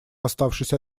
оставшись